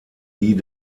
die